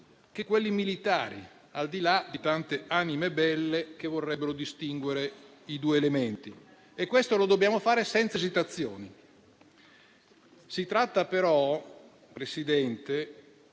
con quelli militari, al di là di tante anime belle che vorrebbero distinguere i due elementi. E questo lo dobbiamo fare senza esitazioni. Si tratta però, signor Presidente,